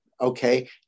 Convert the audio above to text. Okay